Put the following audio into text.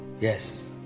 yes